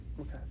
Okay